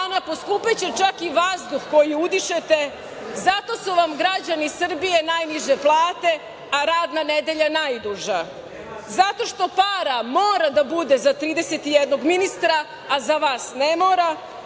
hrana, poskupeće čak i vazduh koji udišete. Zato su vam građani Srbije najniže plate, a radna nedelja najduža. Zato što para mora da bude za 31 ministra, a za vas ne mora.